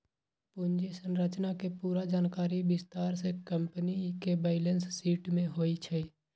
पूंजी संरचना के पूरा जानकारी विस्तार से कम्पनी के बैलेंस शीट में होई छई